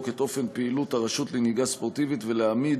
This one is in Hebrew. את אופן פעילות הרשות לנהיגה ספורטיבית ולהעמיד